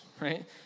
right